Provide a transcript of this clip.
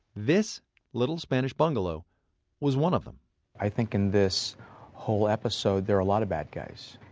this little spanish bungalow was one of them i think in this whole episode there are a lot of bad guys.